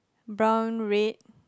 brown red